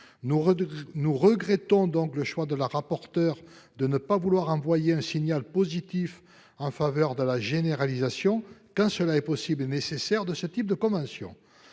Nous regrettons donc le choix de notre rapporteure, qui n'a pas voulu envoyer un signal positif en faveur de la généralisation, quand cela est possible et nécessaire, de ce type de convention.